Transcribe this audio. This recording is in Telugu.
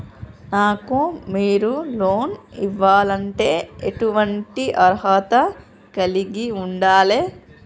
నాకు మీరు లోన్ ఇవ్వాలంటే ఎటువంటి అర్హత కలిగి వుండాలే?